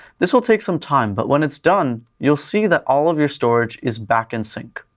this will take some time, but when it's done, you'll see that all of your storage is back in sync.